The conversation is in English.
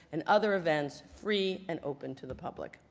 and other events free and open to the public.